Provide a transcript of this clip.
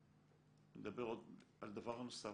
ונדבר על דבר נוסף.